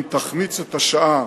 אם תחמיץ את השעה